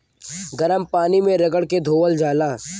गरम पानी मे रगड़ के धोअल जाला